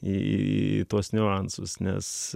į tuos niuansus nes